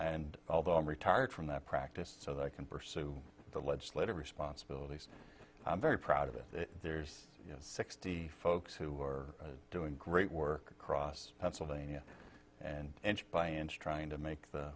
and although i'm retired from that practiced so that i can pursue the legislative responsibilities i'm very proud of that there's sixty folks who are doing great work across pennsylvania and inch by inch trying to make the